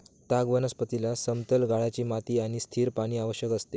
ताग वनस्पतीला समतल गाळाची माती आणि स्थिर पाणी आवश्यक असते